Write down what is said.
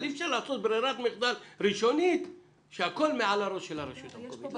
אבל אי אפשר לעשות ברירת מחדל ראשונית שהכול מעל הראש של הרשות המקומית.